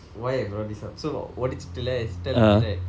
why I brought this up so உடைத்துவிட்டு:udaintthuvittu leh tell already right